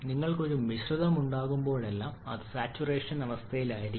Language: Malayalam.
നിങ്ങൾക്ക് ഒരു മിശ്രിതം ഉണ്ടാകുമ്പോഴെല്ലാം അത് സാച്ചുറേഷൻ അവസ്ഥയിലായിരിക്കണം